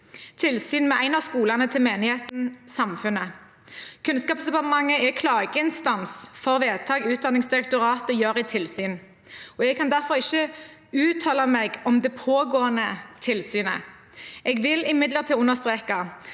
tilsyn med en av skolene til Menigheten Samfundet. Kunnskapsdepartementet er klageinstans for vedtak Utdanningsdirektoratet gjør i tilsyn, og jeg kan derfor ikke uttale meg om det pågående tilsynet. Jeg vil imidlertid understreke